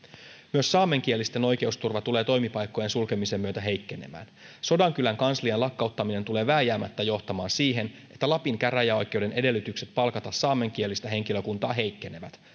myös saamenkielisten oikeusturva tulee toimipaikkojen sulkemisen myötä heikkenemään sodankylän kanslian lakkauttaminen tulee vääjäämättä johtamaan siihen että lapin käräjäoikeuden edellytykset palkata saamenkielistä henkilökuntaa heikkenevät